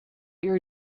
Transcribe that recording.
your